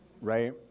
right